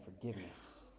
forgiveness